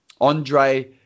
Andre